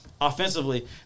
Offensively